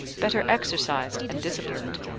better exercised and disciplined.